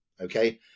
Okay